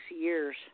years